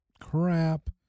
crap